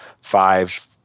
five